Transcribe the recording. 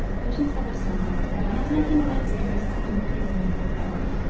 patience heatherstone, however, did not make any answer to this second appeal made by clara.